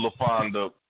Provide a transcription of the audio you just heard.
LaFonda